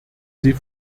sie